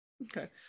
Okay